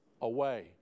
away